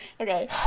okay